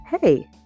hey